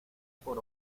por